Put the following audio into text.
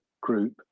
group